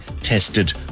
tested